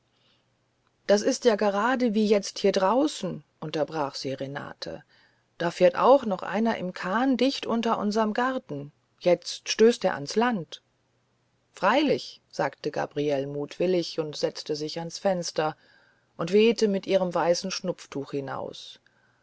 das ist ja gerade wie jetzt hier draußen unterbrach sie renate da fährt auch noch einer im kahn dicht unter unserm garten jetzt stößt er ans land freilich sagte gabriele mutwillig und setzte sich ins fenster und wehte mit ihrem weißen schnupftuch hinaus